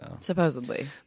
Supposedly